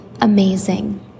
amazing